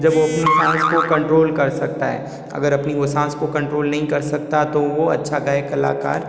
जब वो अपनी साँस को कंट्रोल कर सकता है अगर अपनी वो साँस को कंट्रोल नहीं कर सकता तो वो अच्छा गायक कलाकार